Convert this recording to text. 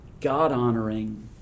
God-honoring